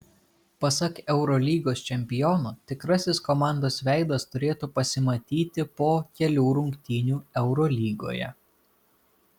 pasak eurolygos čempiono tikrasis komandos veidas turėtų pasimatyti po kelių rungtynių eurolygoje